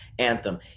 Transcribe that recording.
anthem